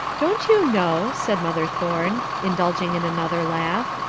don't you know, said mother thorne, indulging in another laugh,